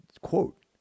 quote